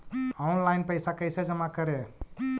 Online पैसा कैसे जमा करे?